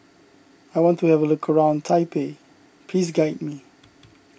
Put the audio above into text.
I want to have a look around Taipei please guide me